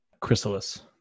chrysalis